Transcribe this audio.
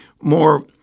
more